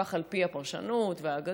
כך על פי הפרשנות והאגדות,